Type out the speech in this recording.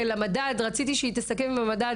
רציתי שהיא תסכם עם המדד,